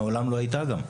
מעולם גם לא היתה.